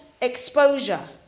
exposure